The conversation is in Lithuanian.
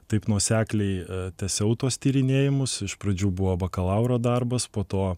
taip nuosekliai tęsiau tuos tyrinėjimus iš pradžių buvo bakalauro darbas po to